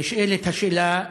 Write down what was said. נשאלת השאלה: